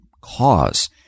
cause